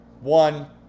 One